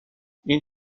این